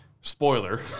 spoiler